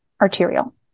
arterial